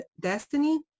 destiny